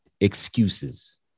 excuses